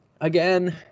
Again